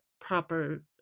proper